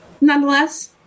nonetheless